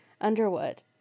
Underwood